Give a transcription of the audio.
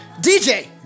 DJ